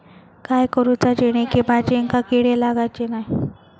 काय करूचा जेणेकी भाजायेंका किडे लागाचे नाय?